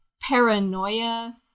paranoia